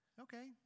Okay